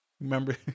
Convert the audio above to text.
remember